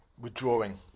withdrawing